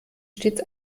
stets